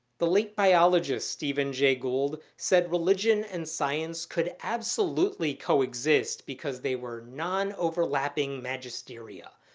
the late biologist stephen jay gould said religion and science could absolutely coexist because they were non-overlapping magisteria,